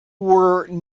were